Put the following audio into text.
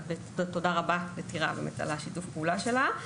אז תודה רבה לטירה על שיתוף הפעולה שלה.